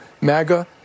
MAGA